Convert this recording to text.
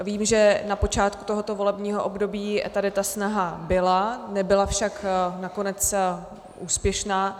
Vím, že na počátku tohoto volebního období tady ta snaha byla, nebyla však nakonec úspěšná.